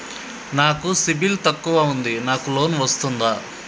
నాకు సిబిల్ తక్కువ ఉంది నాకు లోన్ వస్తుందా?